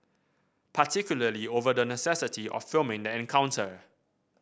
particularly over the necessity of filming the encounter